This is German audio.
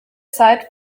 zeit